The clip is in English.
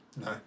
No